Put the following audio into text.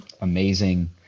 amazing